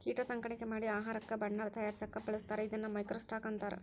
ಕೇಟಾ ಸಾಕಾಣಿಕೆ ಮಾಡಿ ಆಹಾರಕ್ಕ ಬಣ್ಣಾ ತಯಾರಸಾಕ ಬಳಸ್ತಾರ ಇದನ್ನ ಮೈಕ್ರೋ ಸ್ಟಾಕ್ ಅಂತಾರ